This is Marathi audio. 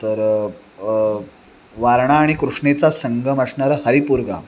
नंतर वारणा आणि कृष्णेचा संगम असणारं हरिपूर गांव